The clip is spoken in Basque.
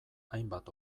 hainbat